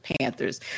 Panthers